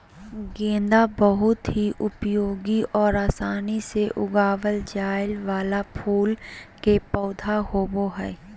गेंदा बहुत ही उपयोगी और आसानी से उगावल जाय वाला फूल के पौधा होबो हइ